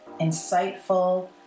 insightful